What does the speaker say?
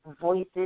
voices